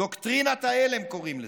"דוקטרינת ההלם" קוראים לזה.